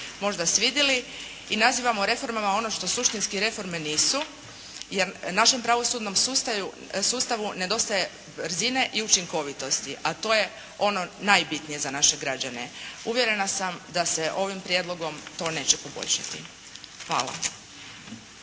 možda svidili i nazivamo reformama ono što suštinski reforme nisu jer našem pravosudnom sustavu nedostaje brzine i učinkovitosti a to je ono najbitnije za naše građane. Uvjerena sam da se ovim prijedlogom to neće poboljšati. Hvala